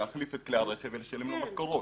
להחליף את כלי הרכב ולשלם משכורות,